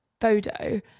photo